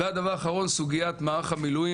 הדבר האחרון, סוגיית מערך המילואים.